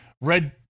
red